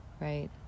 right